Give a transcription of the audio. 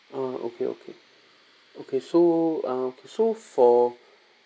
err okay okay okay so err so for